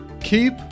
keep